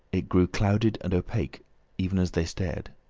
it grew clouded and opaque even as they stared.